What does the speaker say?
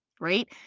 right